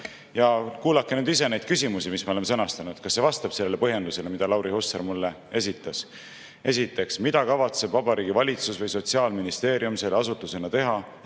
kuulake nüüd ise neid küsimusi, mis me oleme sõnastanud. Kas see vastab sellele põhjendusele, mida Lauri Hussar mulle esitas? Esiteks: mida kavatseb Vabariigi Valitsus või Sotsiaalministeerium selle asutusena teha,